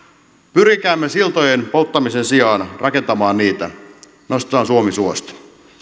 pyrkikäämme siltojen polttamisen sijaan rakentamaan niitä nostetaan suomi suosta